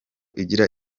igira